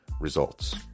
Results